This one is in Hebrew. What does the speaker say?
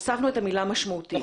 הוספנו את המילה משמעותית.